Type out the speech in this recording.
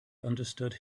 understood